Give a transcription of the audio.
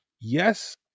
yes